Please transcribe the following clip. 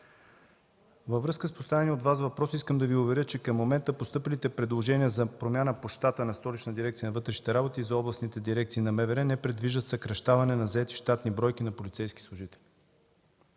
във връзка с поставения от Вас въпрос искам да Ви уверя, че към момента постъпилите предложения за промяна по щата на Столична дирекция на вътрешните работи и за областните дирекции на МВР не предвиждат съкращаване на заети щатни бройки на полицейски служители.